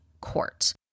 Court